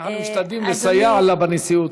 אנחנו משתדלים לסייע לה בנשיאות.